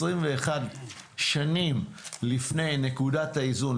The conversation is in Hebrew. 21 שנים לפני נקודת האיזון,